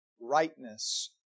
rightness